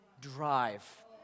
drive